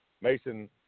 Mason –